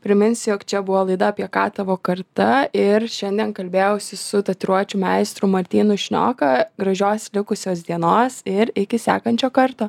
priminsiu jog čia buvo laida apie ką tavo karta ir šiandien kalbėjausi su tatuiruočių meistru martynu šnioka gražios likusios dienos ir iki sekančio karto